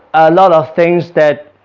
a lot of things that